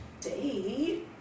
date